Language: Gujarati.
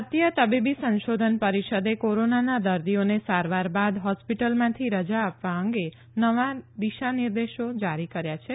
ભારતીય તબીબી સંશોધન પરિષદે કોરોનાના દર્દીઓને સારવાર બાદ હોસ્પિટલમાંથી રજા આપવા અંગે નવા દિશા નિર્દેશો જારી કર્યા છે